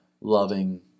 loving